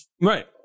Right